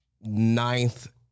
ninth